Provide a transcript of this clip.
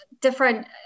different